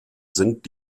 sind